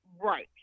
Right